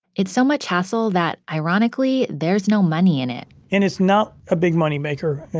it's so much hassle that, ironically, there's no money in it and it's not a big moneymaker.